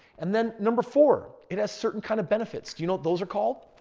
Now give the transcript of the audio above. and then number four, it has certain kind of benefits. do you know those are called?